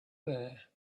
there